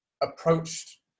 approached